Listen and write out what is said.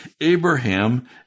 Abraham